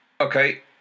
Okay